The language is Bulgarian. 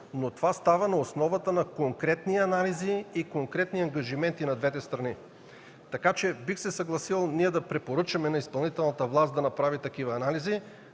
но това става на основата на конкретни анализи и конкретни ангажименти на двете страни. Бих се съгласил да препоръчаме на изпълнителната власт да направи такива анализи,